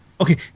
Okay